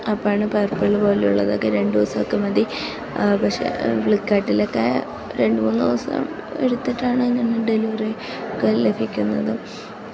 ആപ്പാണ് പർപ്പിൾ പോലെയുള്ളതൊക്കെ രണ്ടു ദിവസമൊക്കെ മതി പക്ഷേ ഫ്ലിപ്ക്കാട്ടിലൊക്കേ രണ്ട് മൂന്ന് ദിവസം എടുത്തിട്ടാണ് ഞങ്ങൾ ഡെലിവറി ഒക്കെ ലഭിക്കുന്നത്